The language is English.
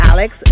Alex